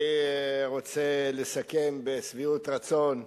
אני רוצה לסכם בשביעות רצון,